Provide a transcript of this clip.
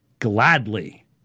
Gladly